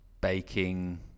Baking